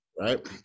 right